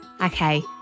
Okay